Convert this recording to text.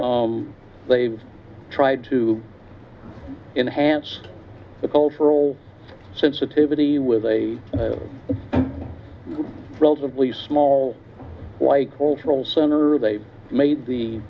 they've tried to enhance the cultural sensitivity with a relatively small white cultural center they made the